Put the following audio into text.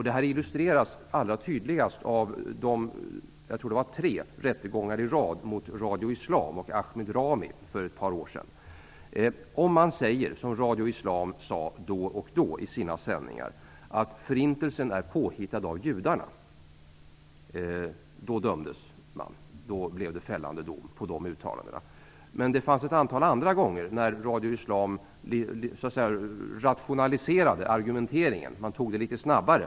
Detta illustreras allra tydligast av de tre rättegångar i rad som hölls mot Radio Islam och Ahmed Rahmi för ett par år sedan. Om man som säger, vilket Radio Islam gjorde då och då i sina sändningar, att förintelsen är påhittad av judarna så döms man. Det blev en fällande dom för de uttalandena. Men det fanns ett antal andra tillfällen då Radio Islam rationaliserade argumenteringen och tog det litet snabbare.